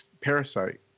Parasite